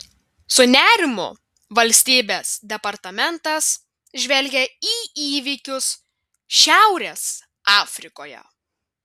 su nerimu valstybės departamentas žvelgia į įvykius šiaurės afrikoje